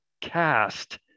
cast